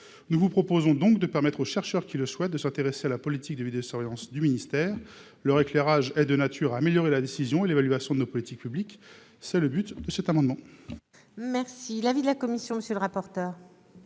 nous vous proposons donc de permettre aux chercheurs qui le souhaitent de s'intéresser à la politique de vidéosurveillance du ministère leur éclairage est de nature à améliorer la décision et l'évaluation de nos politiques publiques, c'est le but de cet amendement. Merci l'avis de la commission, monsieur le rapporteur.